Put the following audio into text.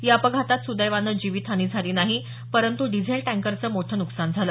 या अपघातात सुदैवाने जीवीतहानी झालेली नाही परंतु डिझेल टँकरचं मोठं नुकसान झालं